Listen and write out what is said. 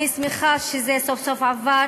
אני שמחה שזה סוף-סוף עבר.